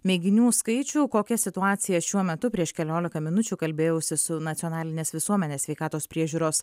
mėginių skaičių kokia situacija šiuo metu prieš kelioliką minučių kalbėjausi su nacionalinės visuomenės sveikatos priežiūros